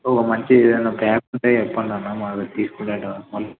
ఒక మంచి ఏదన్న ఒక యాప్ ఉంటే చెప్పండి అన్న మాది తీసుకుంటాను